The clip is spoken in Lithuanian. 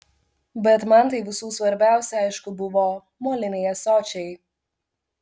bet man tai visų svarbiausia aišku buvo moliniai ąsočiai